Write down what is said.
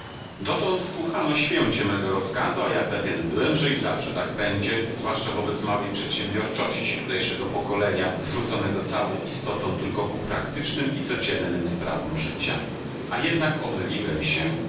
dotąd słuchano święcie mego rozkazu a ja pewien byłem że i zawsze tak będzie zwłaszcza wobec małej przedsiębiorczości tutejszego pokolenia zwróconego całą istotą tylko ku praktycznym i codziennym sprawom życia a jednak omyliłem się